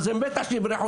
אז בטח שהם יברחו,